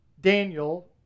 Daniel